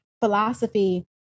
philosophy